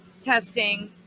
Testing